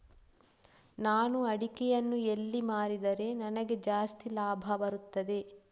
ನಾನು ಅಡಿಕೆಯನ್ನು ಎಲ್ಲಿ ಮಾರಿದರೆ ನನಗೆ ಜಾಸ್ತಿ ಲಾಭ ಬರುತ್ತದೆ?